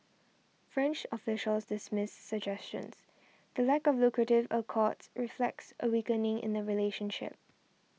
French officials dismiss suggestions the lack of lucrative accords reflects a weakening in the relationship